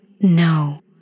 No